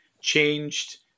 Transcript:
changed